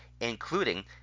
including